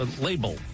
Label